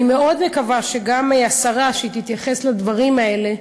אני מאוד מקווה שגם השרה תתייחס לדברים האלה,